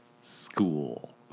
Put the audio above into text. School